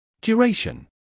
Duration